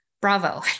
bravo